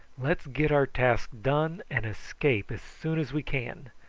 let's get our task done and escape as soon as we can.